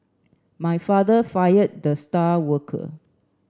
my father fired the star worker